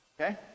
Okay